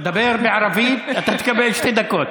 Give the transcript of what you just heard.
תן לו.